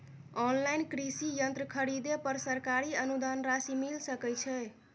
Online कृषि यंत्र खरीदे पर सरकारी अनुदान राशि मिल सकै छैय?